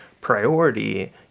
priority